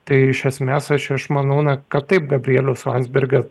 tai iš esmės aš išmanau na kad taip gabrieliaus landsbergio